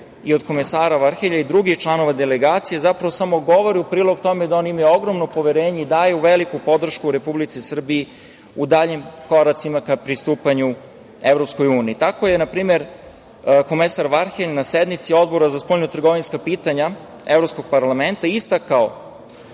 i od komesara Varhelja i drugih članova delegacije zapravo samo govore u prilog tome da oni imaju ogromno poverenje i daju veliku podršku Republici Srbiji u daljim koracima ka pristupanju EU.Tako je, na primer, komesar Varhelj na sednici Odbora za spoljno-trgovinska pitanja Evropskog parlamenta istakao